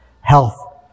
health